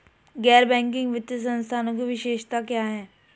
गैर बैंकिंग वित्तीय संस्थानों की विशेषताएं क्या हैं?